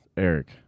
Eric